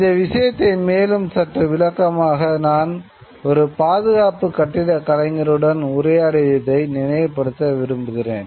இந்த விஷயத்தை மேலும் சற்று விளக்க நான் ஒரு பாதுகாப்பு கட்டிடக் கலைஞருடன் உரையாடியதை நினைவுப்படுத்த விரும்புகிறேன்